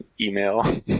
Email